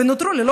ונותרו ללא